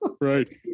right